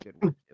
good